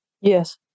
Yes